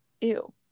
Ew